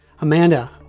Amanda